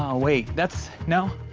ah wait, that's no.